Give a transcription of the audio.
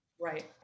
Right